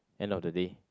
end of the day